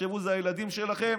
תחשבו שזה הילדים שלכם